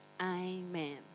Amen